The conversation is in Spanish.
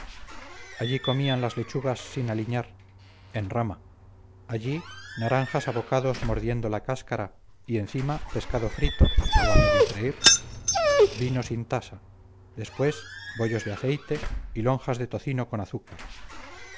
aquí comían las lechugas sin aliñar en rama allí naranjas a bocados mordiendo la cáscara y encima pescado frito o a medio freír vino sin tasa después bollos de aceite y lonjas de tocino con azúcar